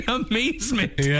amazement